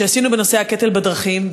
שעשינו בנושא הקטל בדרכים,